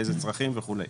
לאיזה צרכים וכו'.